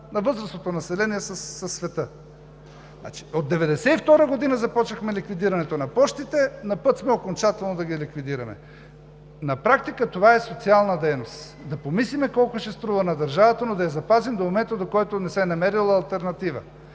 на възрастното население със света. От 1992 г. започнахме ликвидирането на пощите, на път сме окончателно да ги ликвидираме. На практика това е социална дейност. Да помислим колко ще струва на държавата, но да я запазим до момента, в който не се е намерила алтернатива.